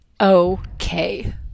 okay